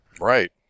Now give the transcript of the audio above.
Right